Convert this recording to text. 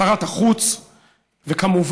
שרת החוץ וכמובן,